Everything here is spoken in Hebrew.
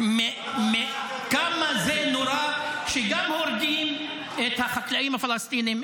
--- כמה זה נורא שגם הורגים את החקלאים הפלסטינים,